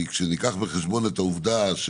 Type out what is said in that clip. כי כשתיקח בחשבון את העובדה,